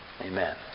Amen